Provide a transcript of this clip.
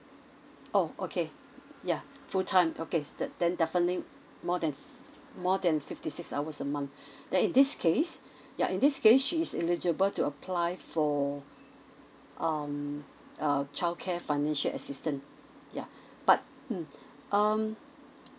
oh okay yeuh full time okay that then definitely more than more than fifty six hours a month then in this case ya in this case she's eligible to apply for um uh childcare financial assistance yeuh but mm um